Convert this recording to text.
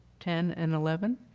ten, and eleven.